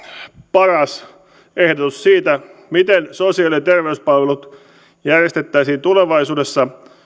paras ehdotus siitä miten sosiaali ja terveyspalvelut järjestettäisiin tulevaisuudessa